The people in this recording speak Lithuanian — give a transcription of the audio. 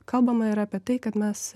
kalbama yra apie tai kad mes